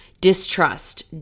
distrust